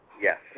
Yes